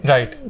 Right